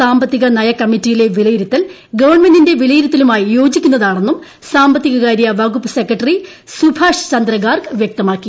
സാമ്പത്തിക നയ കമ്മറ്റിയിലെ വിലയിരുത്തൽ ഗവൺമെന്റിന്റെ വിലയിരുത്തലുമായി യോജിക്കുന്നതാണെന്നും സാമ്പത്തികകാര്യ വകുപ്പ് സെക്രട്ടറി സുഭാഷ് ചന്ദ്രഗാർഗ് വ്യക്തമാക്കി